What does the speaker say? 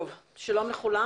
שלום לכולם,